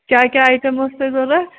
کیٛاہ کیٛاہ آیٹم ٲسِو تۄہہِ ضروٗرت